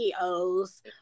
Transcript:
CEOs